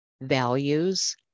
values